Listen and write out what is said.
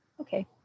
okay